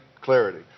clarity